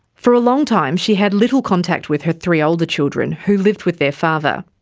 for a long time she had little contact with her three older children, who lived with their father.